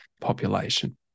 population